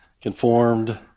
conformed